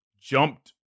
jumped